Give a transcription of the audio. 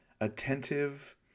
attentive